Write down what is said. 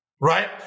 right